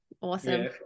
awesome